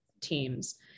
teams